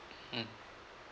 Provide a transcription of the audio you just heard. mm